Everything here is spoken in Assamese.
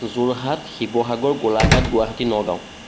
যোৰহাট শিৱসাগৰ গোলাঘাট গুৱাহাটী নগাঁও